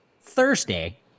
Thursday